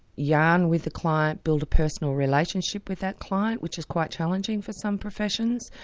yarn with the client, build a personal relationship with that client, which is quite challenging for some professions.